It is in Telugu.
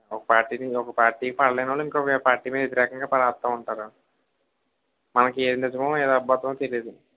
ఒక పార్టీ ఇంకొక పార్టీ మీద వ్యతిరేఖంగా రాస్తూ ఉంటారు మనకి ఏది నిజమో ఏది అబద్దమో తెలీదు